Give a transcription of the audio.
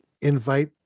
invite